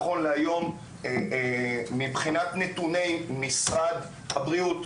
נכון להיום מבחינת נתוני משרד הבריאות,